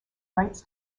writes